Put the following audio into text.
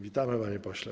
Witamy, panie pośle.